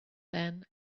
then